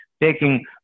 taking